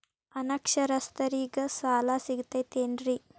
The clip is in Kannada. ಅನಕ್ಷರಸ್ಥರಿಗ ಸಾಲ ಸಿಗತೈತೇನ್ರಿ?